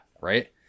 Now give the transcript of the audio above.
right